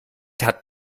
hat